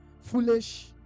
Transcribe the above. foolish